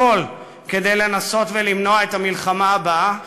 הכול, כדי לנסות ולמנוע את המלחמה הבאה?